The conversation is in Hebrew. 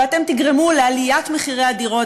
ואתם תגרמו לעליית מחירי הדירות,